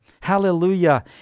Hallelujah